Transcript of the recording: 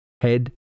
head